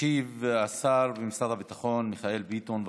ישיב השר במשרד הביטחון מיכאל ביטון.